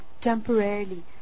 temporarily